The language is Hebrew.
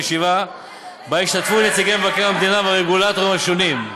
בישיבה שבה השתתפו נציגי מבקר המדינה והרגולטורים השונים.